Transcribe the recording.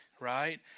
right